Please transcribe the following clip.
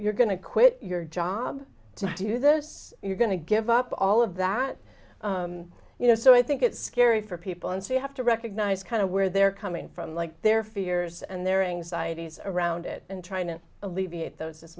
you're going to quit your job to do this you're going to give up all of that you know so i think it's scary for people and so you have to recognize kind of where they're coming from like their fears and their anxieties around it and trying to alleviate those as